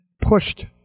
pushed